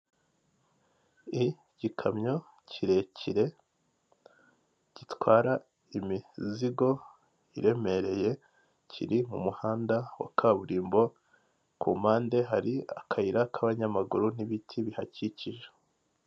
Igikamyo kirekire gitwara imizigo iremereye kiri mu muhanda wa kaburimbo, ku mpande hari akayira k'abanyamaguru n'ibiti bihakikije.